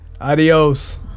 Adios